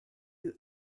who